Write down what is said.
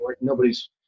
nobody's